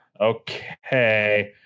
okay